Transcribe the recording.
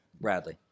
Bradley